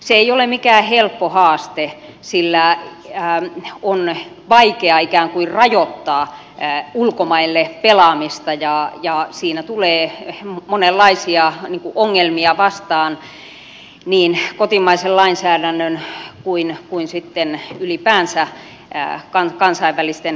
se ei ole mikään helppo haaste sillä on vaikea ikään kuin rajoittaa ulkomaille pelaamista ja siinä tulee monenlaisia ongelmia vastaan niin kotimaisen lainsäädännön kuin sitten ylipäänsä kansainvälisten kysymysten kanssa